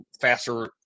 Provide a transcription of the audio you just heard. faster